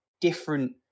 different